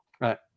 right